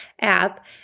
app